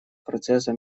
процесса